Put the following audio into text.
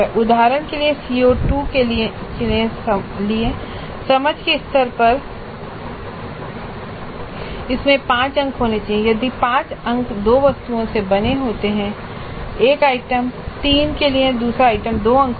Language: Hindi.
उदाहरण के लिए CO2 के लिए समझ के स्तर पर इसके 5 अंक होने चाहिए और ये 5 अंक दो वस्तुओं से बने होते हैं एक आइटम 3 के लिए दूसरा आइटम 2 अंकों के लिए